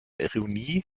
ironie